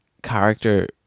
character